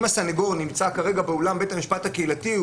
הסניגור נמצא כרגע באולם בית המשפט הקהילתי,